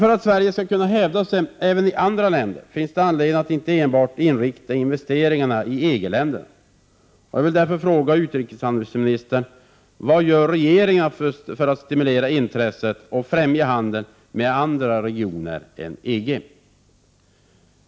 För att Sverige skall kunna hävda sig även i andra länder finns det anledning att inte enbart inrikta investeringarna på EG-länderna. Jag vill därför fråga utrikeshandelsministern: Vad gör regeringen för att stimulera intresset och främja handeln med andra regioner än EG?